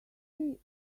good